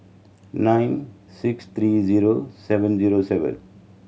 nine six three zero seven zero seven